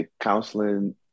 counseling